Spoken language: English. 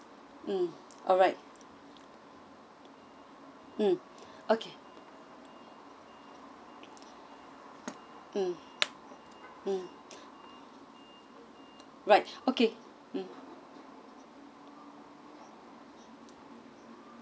mm alright mm okay mm right okay mm